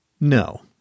no